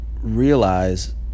realize